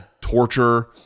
torture